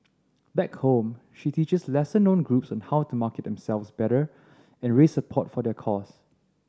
back home she teaches lesser known groups on how to market themselves better and raise support for their cause